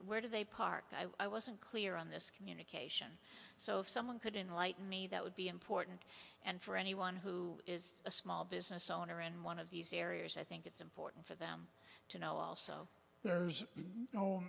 where do they park i wasn't clear on this communication so if someone could enlighten me that would be important and for anyone who is a small business owner in one of these areas i think it's important for them to know also there's